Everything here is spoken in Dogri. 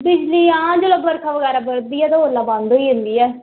बिजली हां जेल्लै बरखा बगैरा बरदी ऐ ते औल्लै बंद होई जंदी ऐ